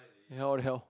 ya what the hell